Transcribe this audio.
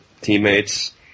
teammates